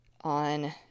on